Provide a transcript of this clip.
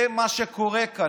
זה מה שקורה כאן.